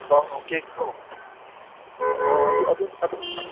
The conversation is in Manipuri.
ꯑꯧ ꯀꯦꯗꯣ ꯑꯣ ꯑꯗꯨ ꯑꯗꯨ